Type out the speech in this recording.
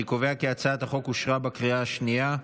אני קובע כי הצעת החוק אושרה בקריאה השנייה.